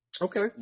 Okay